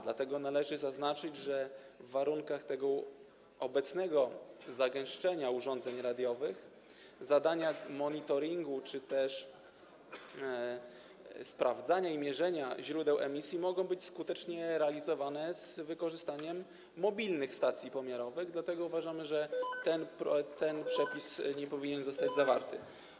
Dlatego należy zaznaczyć, że w warunkach tego obecnego zagęszczenia urządzeń radiowych zadania monitoringu czy też sprawdzania i mierzenia źródeł emisji mogą być skutecznie realizowane z wykorzystaniem mobilnych stacji pomiarowych, dlatego uważamy, że ten przepis nie powinien zostać zawarty.